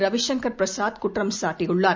ரவி சங்கர் பிரசாத் குற்றம் சாட்டியுள்ளார்